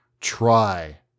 try